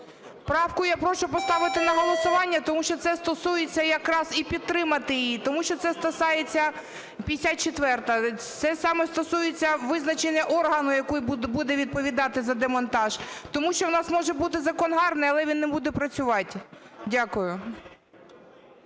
Правку я прошу поставити на голосування, тому що це стосується якраз… І підтримати її, тому що це стосується… 54-а. Це саме стосується визначення органу, який буде відповідати за демонтаж. Тому що у нас може бути закон гарний, але він не буде працювати. Дякую.